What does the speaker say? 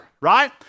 right